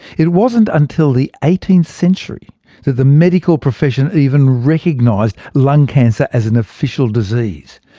it wasn't until the eighteenth century that the medical profession even recognised lung cancer as an official disease.